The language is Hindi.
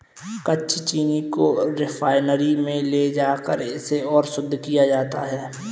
कच्ची चीनी को रिफाइनरी में ले जाकर इसे और शुद्ध किया जाता है